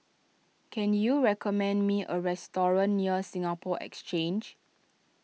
can you recommend me a restaurant near Singapore Exchange